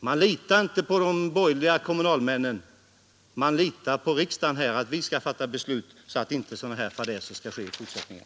Man litar inte på de borgerliga kommunalmännen utan på att riksdagen skall fatta sådana beslut att fadäser av detta slag inte uppstår i fortsättningen.